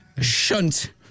Shunt